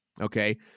Okay